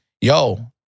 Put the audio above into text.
yo